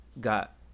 got